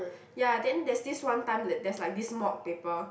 ya then there's this one time that there's like this mock paper